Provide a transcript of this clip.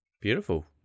Beautiful